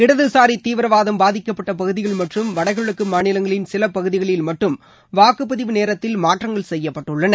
இடதுசாரி தீவிரவாதம் பாதிக்கப்பட்ட பகுதிகள் மற்றும் வடகிழக்கு மாநிலங்களின் சில பகுதிகளில் மட்டும் வாக்குப்பதிவு நேரத்தில் மாற்றங்கள் செய்யப்பட்டுள்ளன